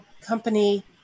company